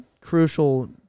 crucial